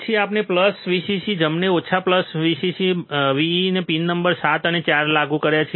પછી આપણે plus Vcc જમણા અને ઓછા Vcc અથવા Vee ને પિન નંબર 7 અને 4 પર લાગુ કર્યા છે